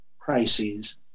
Crises